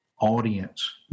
audience